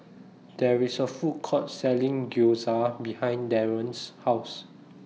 There IS A Food Court Selling Gyoza behind Daron's House